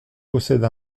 possède